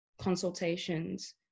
consultations